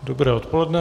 Dobré odpoledne.